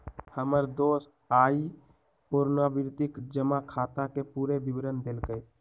हमर दोस आइ पुरनावृति जमा खताके पूरे विवरण देलक